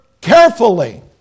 carefully